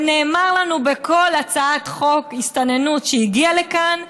ונאמר לנו בכל הצעת חוק הסתננות שהגיעה לכאן,